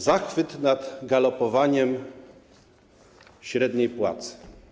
Zachwyt nad galopowaniem średniej płacy.